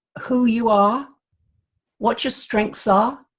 who you are what your strengths are,